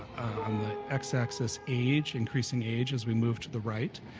on the x-axis age, increasing age as we move to the right.